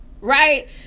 right